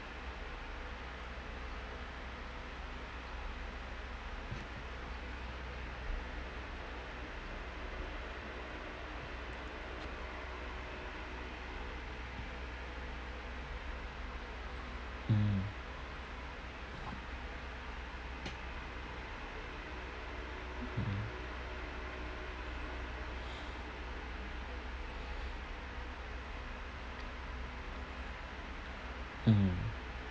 mmhmm mm mmhmm